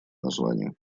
название